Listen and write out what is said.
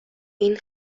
این